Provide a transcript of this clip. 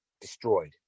destroyed